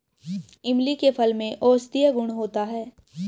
इमली के फल में औषधीय गुण होता है